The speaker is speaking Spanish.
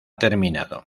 terminado